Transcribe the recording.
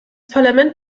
parlament